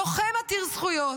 לוחם עתיר זכויות,